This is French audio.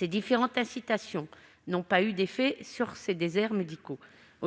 Les différentes incitations n'ont pas eu d'effet sur ces déserts médicaux.